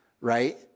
right